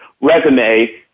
resume